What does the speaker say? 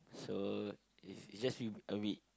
so it's it's just feel a bit